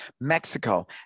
mexico